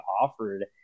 offered